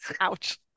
ouch